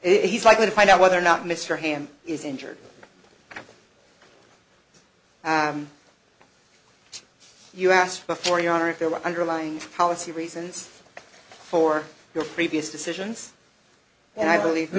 he's likely to find out whether or not mr hand is injured you asked before you are if there are underlying policy reasons for your previous decisions and i believe